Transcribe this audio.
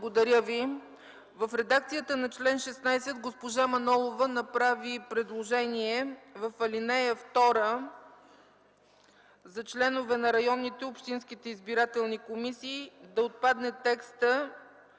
В редакцията на чл. 16 госпожа Манолова направи предложение в ал. 2 за членове на районните и общинските избирателни комисии да отпадне текстът